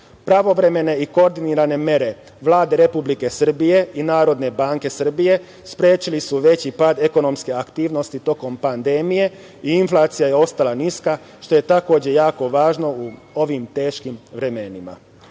aktivnosti. Pravovremene i koordinirane mere Vlade Republike Srbije i Narodne banke Srbije sprečili su veći pad ekonomske aktivnosti tokom pandemije i inflacija je ostala niska, što je takođe jako važno u ovim teškim vremenima. Kolege